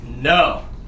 no